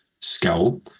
skill